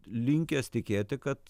linkęs tikėti kad